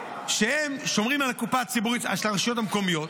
שהם שומרים על הקופה של הרשויות המקומיות,